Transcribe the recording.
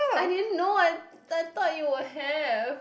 I din know I thought they will have